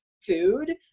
food